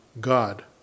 God